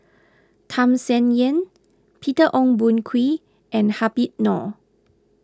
Tham Sien Yen Peter Ong Boon Kwee and Habib Noh